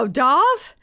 dolls